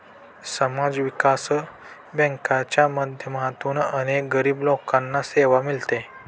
समाज विकास बँकांच्या माध्यमातून अनेक गरीब लोकांना सेवा मिळते